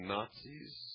Nazis